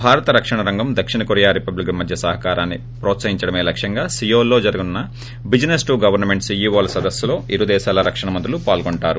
భారత రక్షణ రంగం దక్షిణకొరియా రిపబ్లిక్ మధ్య సహకారాన్ని ప్రోత్సహించడమే లక్ష్యంగా సియోల్లో జరగనున్న బిజినెస్ టు గవర్నమెంటు సీఈవోల సదస్సులో ఇరు దేశాల రక్షణ మంత్రులు పాల్గొటారు